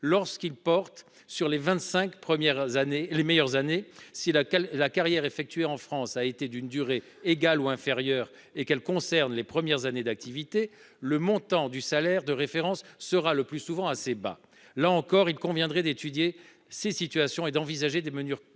lorsqu'il porte sur les 25 premières années les meilleures années si la la carrière effectuée en France a été d'une durée égale ou inférieure et qu'elle concerne les premières années d'activité. Le montant du salaire de référence sera le plus souvent assez bas, là encore, il conviendrait d'étudier ces situations et d'envisager des mesures, des mesures